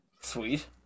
Sweet